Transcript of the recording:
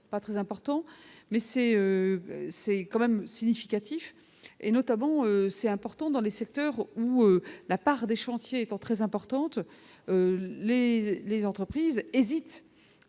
pas très important. Mais c'est c'est. Quand même significatif et notamment, c'est important dans les secteurs où la part des chantiers étant très importante les les entreprises hésitent